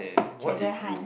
treasure hunt